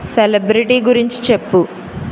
celebrity గురించి చెప్పు